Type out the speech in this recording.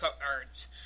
cards